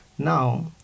now